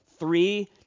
Three